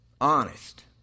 Honest